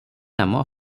ନାମ